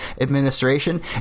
administration